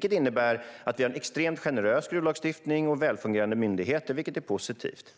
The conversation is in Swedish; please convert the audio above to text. Det innebär att vi har extremt generös gruvlagstiftning och välfungerande myndigheter, vilket är positivt.